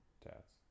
tats